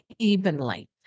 Evenly